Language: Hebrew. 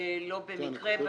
לא במקרה,